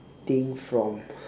thing from